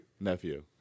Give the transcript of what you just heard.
Nephew